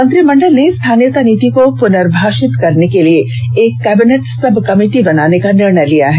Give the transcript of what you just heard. मंत्रिमंडल ने स्थानीयता नीति को पुनर्परिभाषित करने के लिए एक कैबिनेट सब कमेटी बनाने का निर्णय लिया है